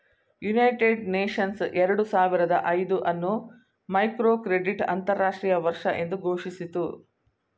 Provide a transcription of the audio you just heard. United Nations ಎರಡು ಸಾವಿರದ ಐದು ಅನ್ನು ಮೈಕ್ರೋಕ್ರೆಡಿಟ್ ಅಂತರಾಷ್ಟ್ರೀಯ ವರ್ಷ ಎಂದು ಘೋಷಿಸಿತು